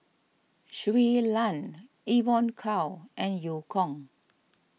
Shui Lan Evon Kow and Eu Kong